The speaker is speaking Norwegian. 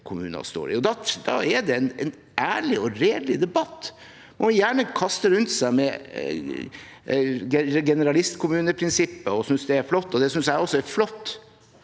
Da er det en ærlig og redelig debatt. Man må gjerne kaste rundt seg med generalistkommuneprinsippet og synes det er flott, og det synes jeg også er flott,